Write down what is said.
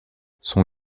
son